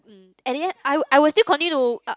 mm at the end I I will still continue to uh